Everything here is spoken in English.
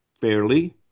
fairly